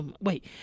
Wait